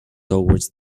towards